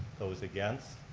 those against,